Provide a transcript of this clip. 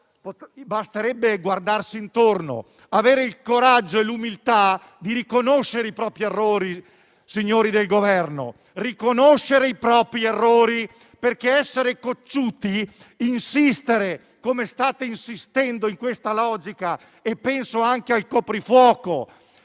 Basterebbe guardarsi intorno, avere il coraggio e l'umiltà di riconoscere i propri errori, signori del Governo; riconoscere i propri errori e non essere cocciuti, insistere, come state insistendo, in questa logica. Penso anche al coprifuoco: